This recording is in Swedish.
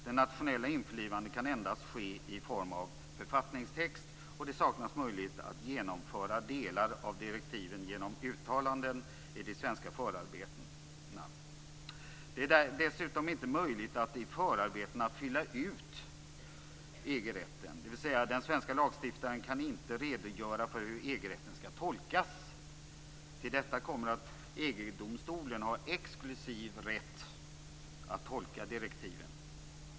Det nationella införlivandet kan endast ske i form av författningstext, och det saknas möjlighet att genomföra delar av direktiven genom uttalanden i de svenska förarbetena. Det är dessutom inte möjligt att i förarbetena fylla ut EG-rätten, dvs. den svenska lagstiftaren kan inte redogöra för hur EG-rätten skall tolkas. Till detta kommer att EG-domstolen har exklusiv rätt att tolka direktiven.